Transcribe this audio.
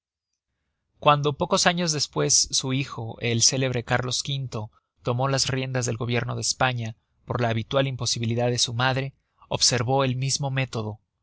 cuando pocos años despues su hijo el célebre cárlos v tomó las riendas del gobierno de españa por la habitual imposibilidad de su madre observó el mismo método